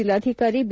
ಜಿಲ್ಲಾಧಿಕಾರಿ ಬಿ